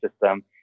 system